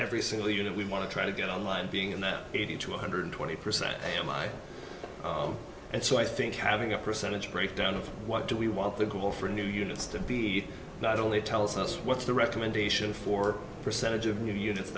every single unit we want to try to get online being in that eighty to one hundred twenty percent am i and so i think having a percentage breakdown of what do we want the pool for new units to be not only tells us what's the recommendation for percentage of new units